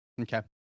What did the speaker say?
okay